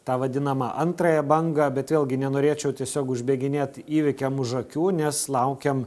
tą vadinamą antrąją bangą bet vėlgi nenorėčiau tiesiog už bėginėt įvykiam už akių nes laukiam